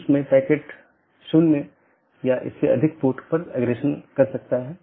इसके बजाय BGP संदेश को समय समय पर साथियों के बीच आदान प्रदान किया जाता है